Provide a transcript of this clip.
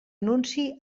anunci